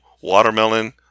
watermelon